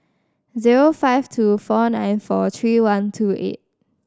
zero five two four nine four three one two eight